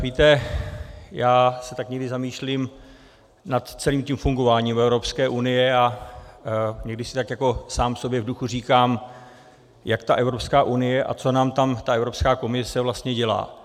Víte, já se někdy tak zamýšlím nad celým tím fungováním Evropské unie a někdy si tak jako sám sobě v duchu říkám, jak tak Evropská unie a co nám tam ta Evropská komise vlastně dělá.